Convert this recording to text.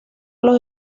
los